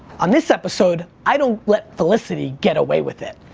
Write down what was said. on this episode, i don't let felicity get away with it.